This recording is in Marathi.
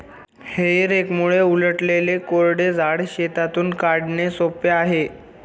हेई रॅकमुळे उलटलेले कोरडे झाड शेतातून काढणे सोपे आहे